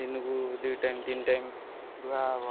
ଦିନକୁ ଦୁଇ ଟାଇମ ତିନି ଟାଇମ ଧୁଆ ହବ